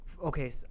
okay